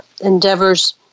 endeavors